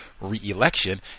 reelection